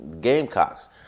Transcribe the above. Gamecocks